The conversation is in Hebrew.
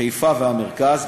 חיפה והמרכז,